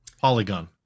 Polygon